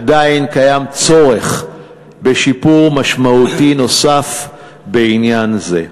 עדיין קיים צורך בשיפור משמעותי נוסף בעניין זה.